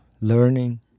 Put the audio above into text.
learning